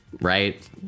Right